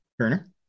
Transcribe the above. Turner